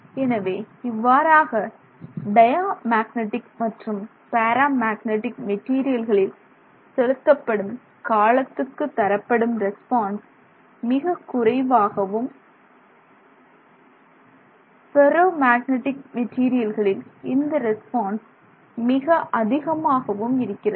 எனவே இவ்வாறு இவ்வாறாக டயாமேக்னெட்டிக் மற்றும் பேரா மேக்னெட்டிக் மெட்டீரியல்களில் செலுத்தப்படும் காலத்துக்கு தரப்படும் ரெஸ்பான்ஸ் மிகக் குறைவாகவும் மேக்னடிக் மெட்டீரியல்களில் இந்த ரெஸ்பான்ஸ் மிக அதிகமாகவும் இருக்கிறது